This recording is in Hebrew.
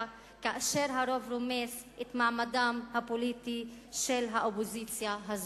כאשר הרוב רומס את מעמדה הפוליטי של האופוזיציה הזאת?